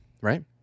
right